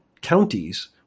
counties